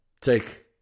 take